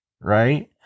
Right